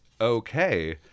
okay